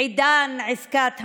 עידן עסקת המאה.